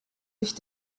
sich